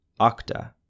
Octa